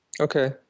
Okay